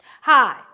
hi